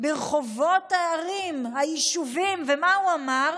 ברחובות הערים, היישובים, ומה הוא אמר?